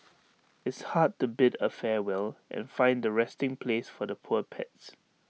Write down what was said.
it's hard to bid A farewell and find A resting place for the poor pets